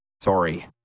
Sorry